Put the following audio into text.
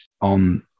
on